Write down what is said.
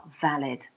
valid